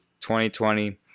2020